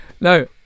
No